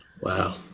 Wow